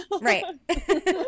right